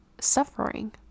suffering